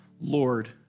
Lord